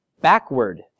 backward